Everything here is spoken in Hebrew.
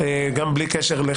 גם לאוסאמה יש התייחסות.